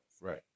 Right